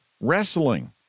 wrestling